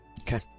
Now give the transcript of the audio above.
Okay